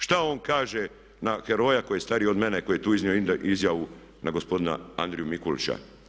Šta on kaže na heroja koji je stario od mene koji je tu iznio izjavu na gospodina Andriju Mikulića.